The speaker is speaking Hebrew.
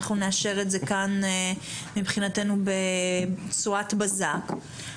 אנחנו נאשר את זה כאן מבחינתנו בצורת בזק.